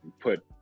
put